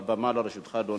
הבמה לרשותך, אדוני.